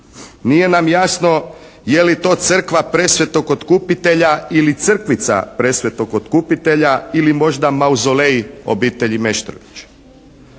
Nije nam jasno je li to crkva Presvetog Otkupitelja ili crkvica Presvetog Otkupitelja ili možda Mauzolej obitelji Meštrović.